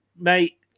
mate